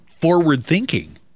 forward-thinking